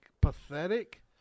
pathetic